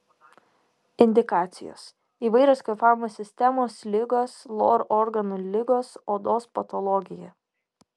indikacijos įvairios kvėpavimo sistemos ligos lor organų ligos odos patologija